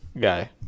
Guy